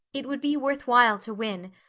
it would be worth while to win,